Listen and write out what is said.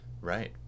right